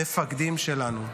המפקדים שלנו,